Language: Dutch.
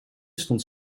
stond